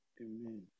Amen